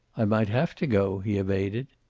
i might have to go, he evaded.